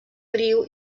riu